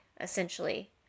essentially